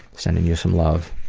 sending you some love.